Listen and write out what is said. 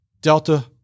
Delta